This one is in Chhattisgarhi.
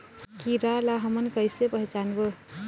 कीरा ला हमन कइसे पहचानबो?